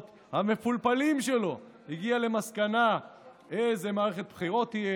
המפולפלים שלו הגיע למסקנה איזה מערכת תהיה